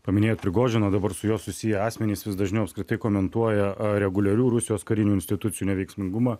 paminėjot prigožiną dabar su juo susiję asmenys vis dažniau apskritai komentuoja reguliarių rusijos karinių institucijų neveiksmingumą